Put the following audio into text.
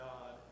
God